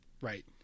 Right